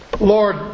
Lord